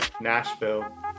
nashville